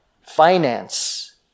finance